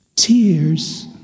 Tears